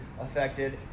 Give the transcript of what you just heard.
affected